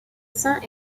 saint